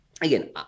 again